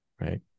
Right